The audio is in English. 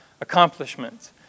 accomplishments